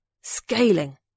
Scaling